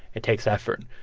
it takes effort.